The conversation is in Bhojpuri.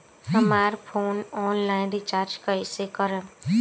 हमार फोन ऑनलाइन रीचार्ज कईसे करेम?